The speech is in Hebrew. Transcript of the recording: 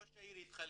ראש העיר התחלף,